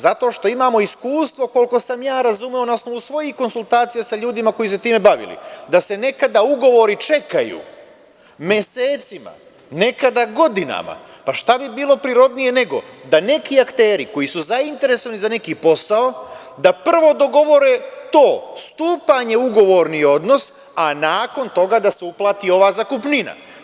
Zato što imamo iskustvo, koliko sam ja razumeo, na osnovu svojih konsultacija sa ljudima koji su se time bavili, da se nekada ugovori čekaju mesecima, nekada godinama, pa šta bi bilo prirodnije nego da neki akteri koji su zainteresovani za neki posao, da prvo dogovore to stupanje u ugovorni odnos, a nakon toga da se uplati ova zakupnina.